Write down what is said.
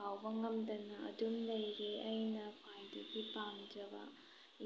ꯀꯥꯎꯕ ꯉꯝꯗꯅ ꯑꯗꯨꯝ ꯂꯩꯔꯤ ꯑꯩꯅ ꯈ꯭ꯋꯥꯏꯗꯒꯤ ꯄꯥꯝꯖꯕ